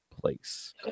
place